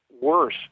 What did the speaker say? worse